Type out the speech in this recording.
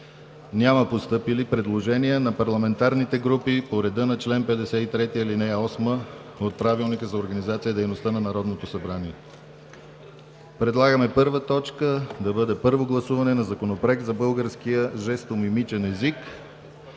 Няма постъпили предложения на парламентарните групи по реда на чл. 53, ал. 8 от Правилника за организацията и дейността на Народното събрание. Предлагаме: 1. Първо гласуване на Законопроекта за българския жестомимичен език.